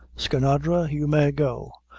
skinadre, you may go.